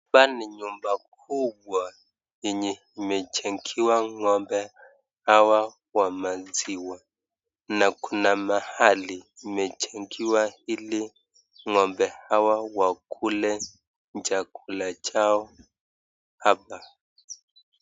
Hapa ni nyumba kubwa yenye imejengewa ng'ombe hawa wa maziwa na kuna mahali imejengewa ili ng'ombe hawa wakule chakula chao hapa.